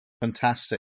Fantastic